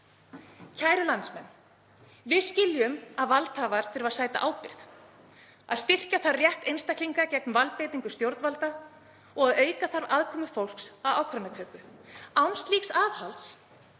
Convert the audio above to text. Kæru landsmenn. Við skiljum að valdhafar þurfi að sæta ábyrgð, að styrkja þarf rétt einstaklinga gegn valdbeitingu stjórnvalda og auka þarf aðkomu fólks að ákvörðunartöku. Án slíks aðhalds